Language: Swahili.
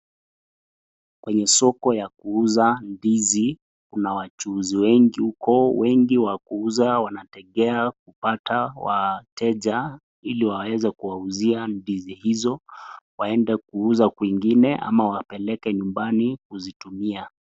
Kwenye soko ya kuuza ndizi, kuna wachuuzi wengi huko. Wengi wakuuza wanategea kupata wateja ili waweze kuwauzia ndizi hizo waende kuuza kwingine ama wapeleke nyumbani kuzitumia.